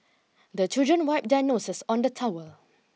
the children wipe their noses on the towel